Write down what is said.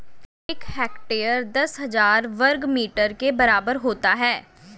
एक हेक्टेयर दस हजार वर्ग मीटर के बराबर होता है